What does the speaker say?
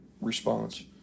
response